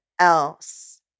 Else